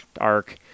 arc